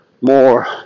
more